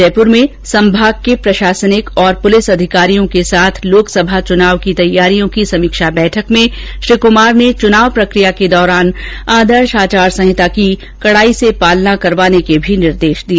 जयपुर में आज संभाग के प्रशासनिक और पुलिस अधिकारियों के साथ लोकसभा चुनाव की तैयारियों की समीक्षा बैठक में श्री कुमार ने चुनाव प्रक्रिया के दौरान आदर्श आचार संहिता की कड़ी पालना करवाने के भी निर्देश दिए